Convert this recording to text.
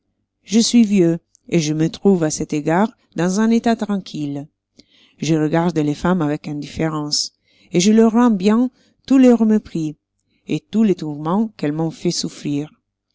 je suis vieux et je me trouve à cet égard dans un état tranquille je regarde les femmes avec indifférence et je leur rends bien tous leurs mépris et tous les tourments qu'elles m'ont fait souffrir